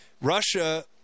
Russia